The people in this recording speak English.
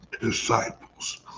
disciples